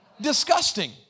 Disgusting